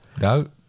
No